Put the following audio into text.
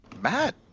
matt